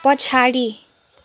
पछाडि